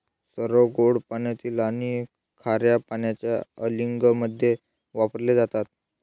सर्व गोड पाण्यातील आणि खार्या पाण्याच्या अँलिंगमध्ये वापरले जातात